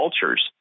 cultures